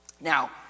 Now